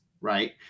right